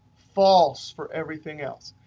false for everything else.